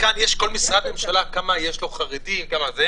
בכל משרד ממשלתי כתוב כמה חרדים עובדים אצלו.